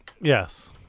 Yes